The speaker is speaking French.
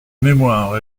mémoire